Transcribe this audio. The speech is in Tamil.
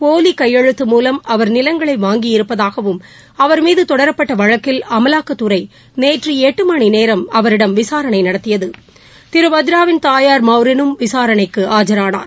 போலி கையெழுத்து மூலம் அவர் நிலங்களை வாங்கியிருப்பதாகவும் அவர் மீது தொடரப்பட்ட வழக்கில் அமலாக்கத்துறை நேற்று எட்டு மணிநேரம் அவரிடம் விசாரணை நடத்தியது திரு வத்ராவின் தாயார் மௌரினும் விசாரணைக்கு ஆஜரானார்